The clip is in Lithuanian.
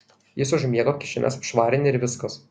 jis užmiega kišenes apšvarini ir viskas